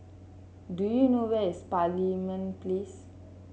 do you know where is Parliament Place